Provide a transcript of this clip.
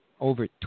over